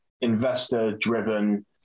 investor-driven